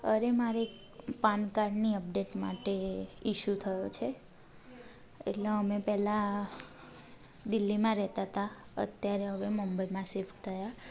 અરે મારે એક પાનકાર્ડની અપડેટ માટે ઈશુ થયો છે એટલે અમે પહેલાં દિલ્હીમાં રહેતાં હતાં અત્યારે હવે મુંબઈમાં સિફ્ટ થયાં